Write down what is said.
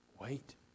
Wait